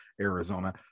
Arizona